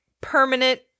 permanent